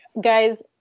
guys